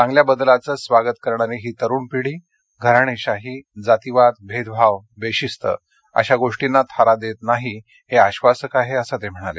चांगल्या बदलांचं स्वागत करणारी ही तरुण पिढी घराणेशाही जातीवाद भेदभाव बेशिस्त अशा गोष्टींना थारा देत नाही हे आश्वासक आहे असं ते म्हणाले